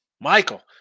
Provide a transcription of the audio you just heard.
Michael